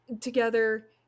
together